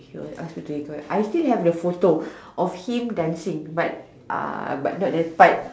he will ask you to ignore I still have the photo of him dancing but uh but not that part